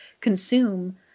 consume